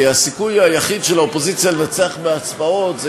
כי הסיכוי היחיד של האופוזיציה לנצח בהצבעות הוא